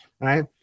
Right